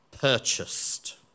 purchased